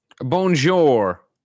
bonjour